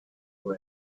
for